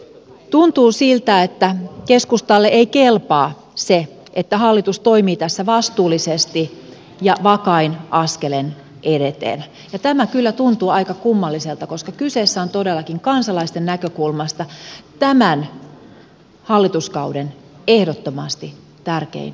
tuntuu siltä että keskustalle ei kelpaa se että hallitus toimii tässä vastuullisesti ja vakain askelin edeten ja tämä kyllä tuntuu aika kummalliselta koska kyseessä on todellakin kansalaisten näkökulmasta tämän hallituskauden ehdottomasti tärkein uudistus